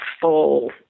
full